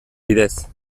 bidez